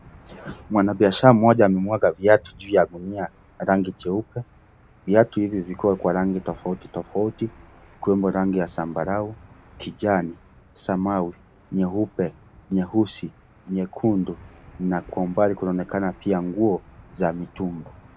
Mwanabiashara mmoja amemwaga viatu juu ya gunia rangi jeupe, viatu hivi vikiwa kwa rangi tofauti tofauti, ikiwemo rangi ya zambarau, kijani, samau, nyeupe, nyeusi, nyekundu, na kwa umbali pia kunaonekana nguo, za mitumba.